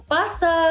Pasta